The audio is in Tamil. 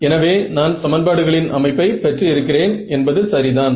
எனவே நான் சமன்பாடுகளின் அமைப்பை பெற்று இருக்கிறேன் என்பது சரிதான்